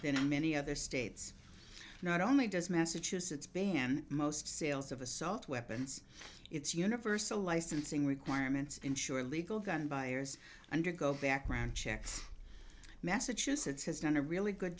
other states not only does massachusetts ban most sales of assault weapons it's universal licensing requirements ensure legal gun buyers undergo background checks massachusetts has done a really good